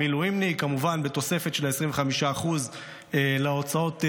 המילואימניק, כמובן בתוספת של 25% להוצאות הנלוות.